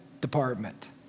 department